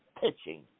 pitching